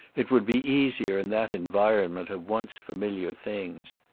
it would be easier in that environment of once familiar things.